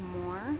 more